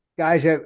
Guys